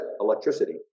electricity